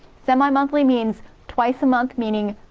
semi-monthly means twice a month meaning,